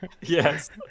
Yes